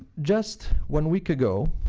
just one week ago,